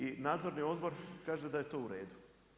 I nadzorni odbor kaže da je to u redu.